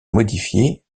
modifié